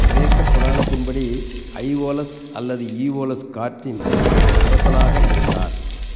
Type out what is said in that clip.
கிரேக்கப் புராணத்தின்படி ஐஓலஸ் அல்லது ஈவோலஸ் காற்றின் அரசனாக இருந்தார்